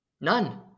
None